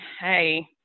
hey